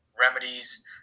remedies